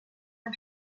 发展